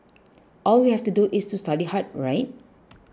all we have to do is to study hard right